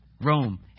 Rome